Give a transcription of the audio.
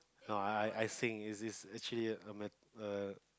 no I I I I sing is is actually a met err